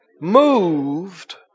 moved